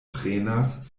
prenas